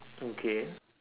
okay